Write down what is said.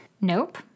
Nope